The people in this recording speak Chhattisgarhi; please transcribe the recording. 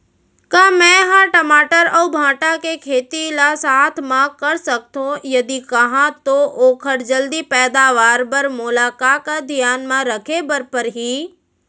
का मै ह टमाटर अऊ भांटा के खेती ला साथ मा कर सकथो, यदि कहाँ तो ओखर जलदी पैदावार बर मोला का का धियान मा रखे बर परही?